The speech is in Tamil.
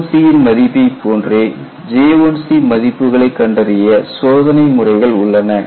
K1C ன் மதிப்பை போன்றே J1C மதிப்புகளை கண்டறிய சோதனை முறைகள் உள்ளன